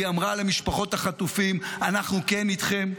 והיא אמרה למשפחות החטופים: אנחנו כן איתכן,